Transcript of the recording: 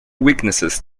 weaknesses